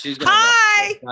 Hi